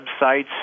websites